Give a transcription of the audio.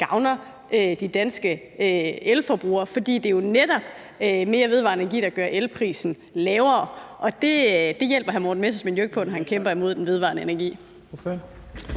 gavner de danske elforbrugere, for det er jo netop mere vedvarende energi, der gør elprisen lavere. Det hjælper hr. Morten Messerschmidt jo ikke til, når han kæmper imod den vedvarende energi.